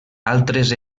altres